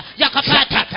yakapata